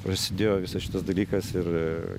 prasidėjo visas šitas dalykas ir